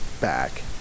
back